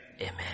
Amen